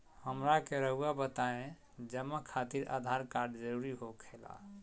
हमरा के रहुआ बताएं जमा खातिर आधार कार्ड जरूरी हो खेला?